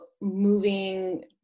moving